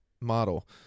model